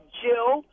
jill